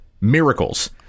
Miracles